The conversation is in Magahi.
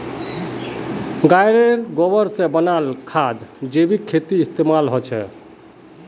गायेर गोबर से बनाल खाद जैविक खेतीत इस्तेमाल होछे